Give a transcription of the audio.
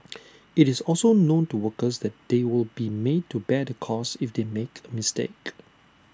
IT is also known to workers that they will be made to bear the cost if they make A mistake